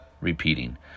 repeating